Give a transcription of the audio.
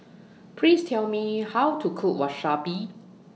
Please Tell Me How to Cook Wasabi